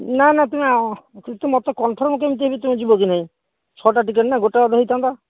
ନା ନା ତମେ ମୋତେ କନ୍ଫର୍ମ କେମିତି ହେବି ତମେ ଯିବ କି ନାହିଁ ଛଅ ଟା ଟିକେଟ୍ ନା ଗୋଟେ ଅଧେ ହେଇଥାନ୍ତା